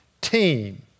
team